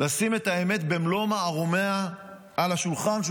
לשים את האמת במלוא מערומיה על השולחן,